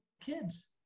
kids